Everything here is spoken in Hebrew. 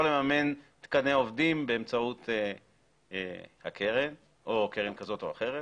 לממן תקני עובדים באמצעות הקרן או קרן כזאת או אחרת,